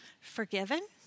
forgiven